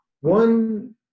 one